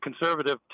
conservative